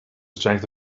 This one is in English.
strength